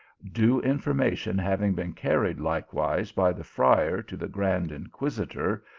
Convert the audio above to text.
due information having been carried likewise by the friar to the grand in quisitor,